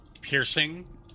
piercing